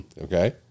okay